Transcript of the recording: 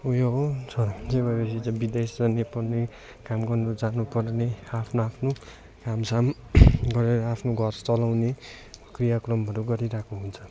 उयो छोरा मान्छे भएपछि चाहिँ विदेश जाने पढ्ने काम गर्नु जानुपर्ने आफ्नो आफ्नो काम साम गरेर आफ्नो घर चलाउने क्रियाक्रमहरू गरिरहेको हुन्छ